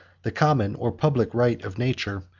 the common or public rights of nature,